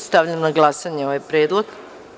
Stavljam na glasanje ovaj predlog.